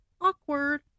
Awkward